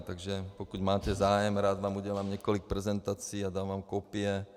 Takže pokud máte zájem, rád vám udělám několik prezentací a dám vám kopie.